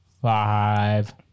Five